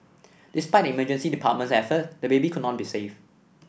despite the emergency department's effort the baby could not be saved